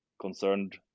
concerned